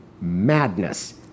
madness